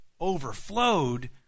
overflowed